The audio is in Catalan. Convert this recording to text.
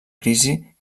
crisi